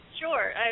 sure